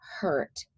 hurt